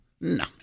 no